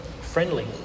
friendly